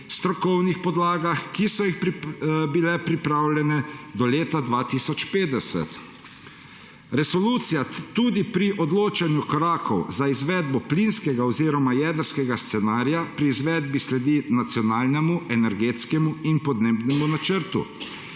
strokovnih podlagah, ki so bile pripravljene do leta 2050. Resolucija tudi pri odločanju korakov za izvedbo plinskega oziroma jedrskega scenarija pri izvedbi sledi Nacionalnemu energetskemu in podnebnemu načrtu,